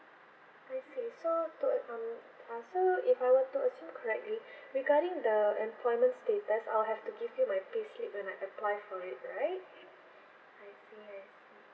I see so to err um uh so if I were to assume correctly regarding the employment status I'll have to give you my payslip when I apply for it right I see I see